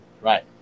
right